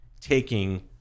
taking